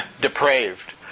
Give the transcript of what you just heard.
Depraved